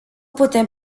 putem